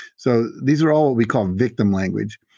so these are all what we call victim language.